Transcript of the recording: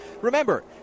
Remember